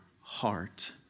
heart